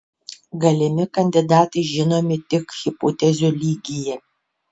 galimi kandidatai žinomi tik hipotezių lygyje